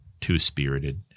two-spirited